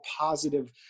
positive